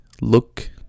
look